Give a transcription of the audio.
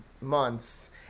months